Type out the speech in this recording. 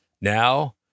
now